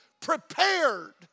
prepared